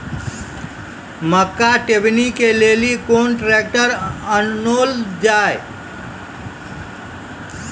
मक्का टेबनी के लेली केना ट्रैक्टर ओनल जाय?